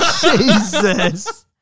Jesus